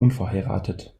unverheiratet